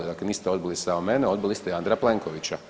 Dakle, niste odbili samo mene, odbili ste i Andreja Plenkovića.